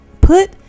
put